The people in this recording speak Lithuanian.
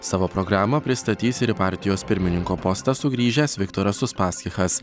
savo programą pristatys ir į partijos pirmininko postą sugrįžęs viktoras uspaskichas